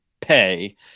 pay